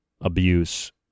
abuse